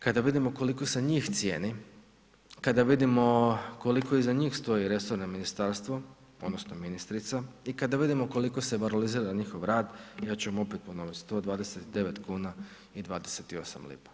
Kada vidimo koliko se njih cijeni, kada vidimo koliko iza njih stoji resorno ministarstvo odnosno ministrica i kada vidimo koliko se valorizira njihov rad, ja ću vam opet ponovit 129 kuna i 28 lipa.